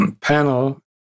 Panel